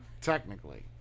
Technically